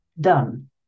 done